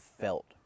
felt